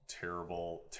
terrible